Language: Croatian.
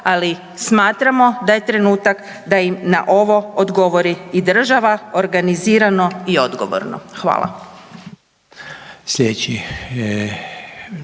Ali smatramo da je trenutak da im na ovo odgovori i država organizirano i odgovorno. Hvala. **Reiner,